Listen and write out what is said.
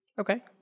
Okay